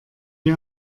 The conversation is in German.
wie